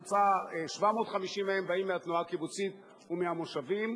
ש-750 מהם באים מהתנועה הקיבוצית ומהמושבים,